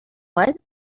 what